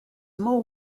more